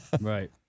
Right